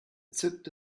zückte